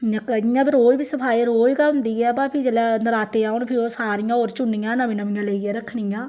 इ'यां इ'यां ते रोज बी सफाई रोज गै होंदी ऐ बो फ्ही जेल्लै नराते औन फ्ही ओह् सारियां होर चुन्नियां नमीं नमियां लेइयै रक्खनियां